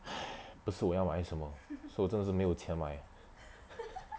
!hais! 不是我要买什么是我真的是没有钱买